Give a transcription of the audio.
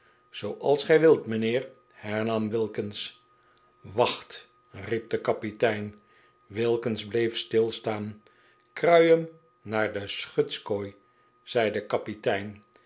zooals gij wilt mijnheer hernam wilkins wachtl ri'ep de kapitein wilkins bleef stilstaan krui hem naar de schutskooi zei de kapitein